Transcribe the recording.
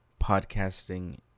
Podcasting